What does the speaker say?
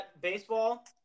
baseball